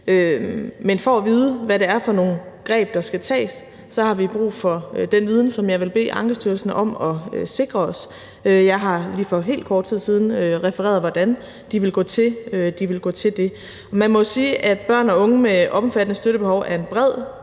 Men for at vide, hvad det er for nogle greb, der skal tages, så har vi brug for den viden, som jeg vil bede Ankestyrelsen om at sikre os. Jeg har lige for meget kort tid siden refereret, hvordan de vil gå til det. Man må jo sige, at børn og unge med omfattende støttebehov er en bred